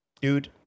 dude